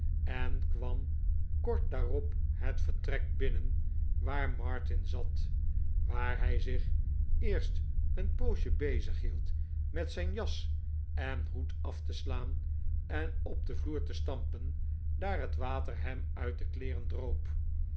en kwam kort daarop het vertrek binnen waar martin zat waar hij zich eerst een poosje bezighield met zijn jas en hoed afte slaan en op den vloer te stampen daar het water hem uit zijn kleeren droop